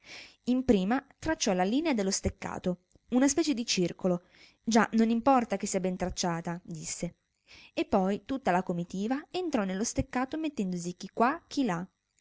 diresse imprima tracciò la linea dello steccato una specie di circolo già non importa che sia ben tracciata disse e poi tutta la comitiva entrò nello steccato mettendosi chi quà chi là